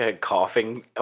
Coughing